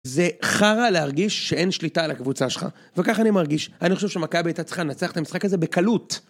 זה חרא להרגיש שאין שליטה על הקבוצה שלך. וכך אני מרגיש, אני חושב שמכבי הייתה צריכה לנצח את המשחק הזה בקלות.